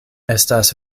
estas